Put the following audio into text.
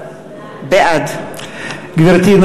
בעד גברתי,